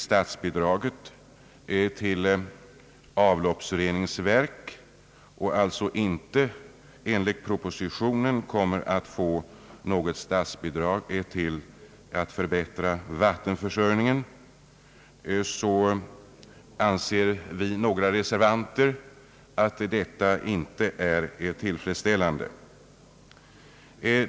Statsbidraget till avloppsreningsverk skall nu omläggas, och enligt propositionen kommer inte något statsbidrag att utgå till förbättrad vattenförsörjning. Detta har jag och ytterligare två reservanter inte ansett tillfredsställande.